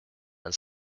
and